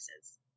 Services